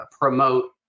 promote